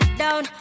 down